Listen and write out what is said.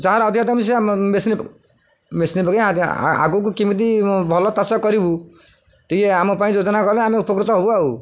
ଯାହା ଅଧିକା machine machine ପକେଇା ଆଗକୁ କେମିତି ଭଲ ଚାଷ କରିବୁ ଟିକେ ଆମ ପାଇଁ ଯୋଜନା କଲେ ଆମେ ଉପକୃତ ହେବୁ ଆଉ